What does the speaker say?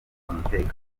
umutekano